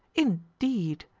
indeed?